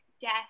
death